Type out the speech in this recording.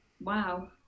wow